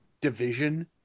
division